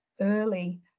early